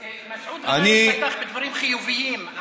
מסעוד גנאים פתח בדברים חיוביים,